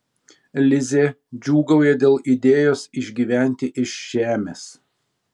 lizė džiūgauja dėl idėjos išgyventi iš žemės